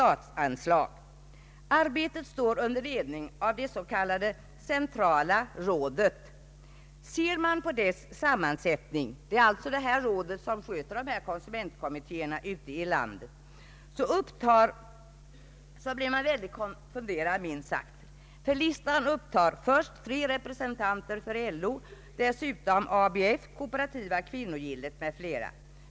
Arbetet står under ledning av det s.k. centrala rådet. Ser man på dess sammansättning, blir man minst sagt konfunderad. Listan upptar tre representanter för LO, dessutom representanter för ABF, Kooperativa kvinnogillet m.fl.